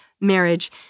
marriage